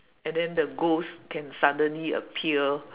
and then the ghost can suddenly appear